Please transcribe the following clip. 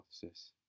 hypothesis